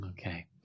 Okay